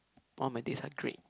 one my dates are great